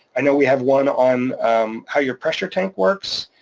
i know we have one on how your pressure tank works,